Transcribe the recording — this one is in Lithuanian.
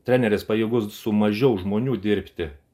treneris pajėgus su mažiau žmonių dirbti